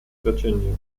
virginia